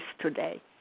today